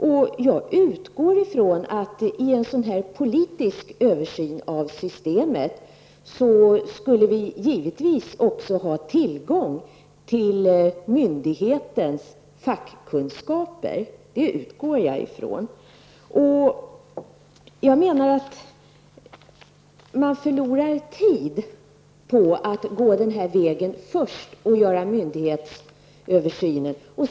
Jag utgår från att vi vid en sådan politisk översyn av systemet skulle få del av myndighetens fackkunskaper. Jag menar att man förlorar tid på att gå den vägen att först göra en myndighetsöversyn.